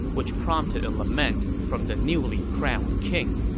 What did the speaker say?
which prompted a lament from the newly crowned king